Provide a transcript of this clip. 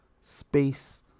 space